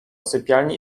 sypialni